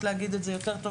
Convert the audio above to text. חוסר.